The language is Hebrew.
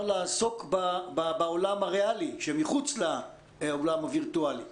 לעסוק בעולם הריאלי שמחוץ לעולם הווירטואלי.